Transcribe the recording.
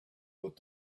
what